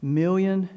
million